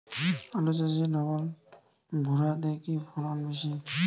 আলু চাষে ডবল ভুরা তে কি ফলন বেশি?